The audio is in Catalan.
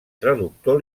traductor